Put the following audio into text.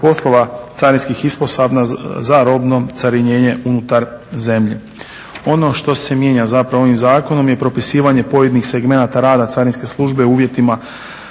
poslova carinskih ispostava za robno carinjenje unutar zemlje. Ono što se mijenja ovim zakonom je propisivanje pojedinih segmenata rada Carinske službe u uvjetima